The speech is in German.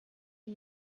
die